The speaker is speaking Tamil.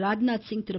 ராஜ்நாத்சிங் திரு